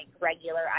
regular